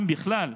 אם בכלל.